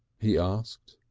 he asked.